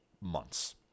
months